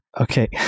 Okay